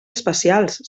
espacials